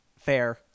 fair